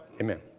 Amen